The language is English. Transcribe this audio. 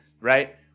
Right